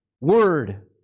word